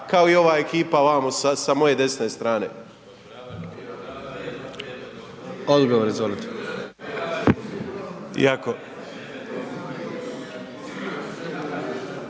kao i ova ekipa vamo sa moje desne strane?